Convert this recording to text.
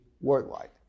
worldwide